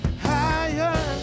higher